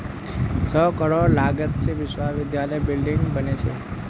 सौ करोड़ लागत से विश्वविद्यालयत बिल्डिंग बने छे